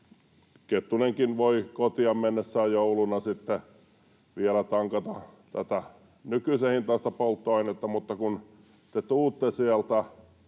Kettunenkin voi kotiin mennessään jouluna sitten vielä tankata tätä nykyisen hintaista polttoainetta, ja kun te tulette sieltä